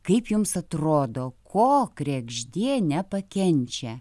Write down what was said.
kaip jums atrodo ko kregždė nepakenčia